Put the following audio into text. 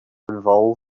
involved